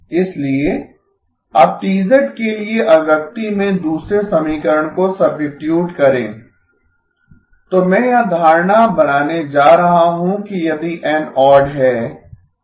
इसलिए अब T के लिए अभिव्यक्ति में दूसरे समीकरण को सब्सिटयूट करें तो मैं यह धारणा बनाने जा रहा हूं कि यदि N ओड है